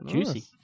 Juicy